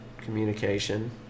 communication